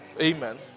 Amen